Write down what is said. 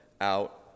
out